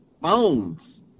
Bones